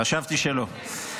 חשבתי שלא.